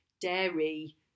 dairy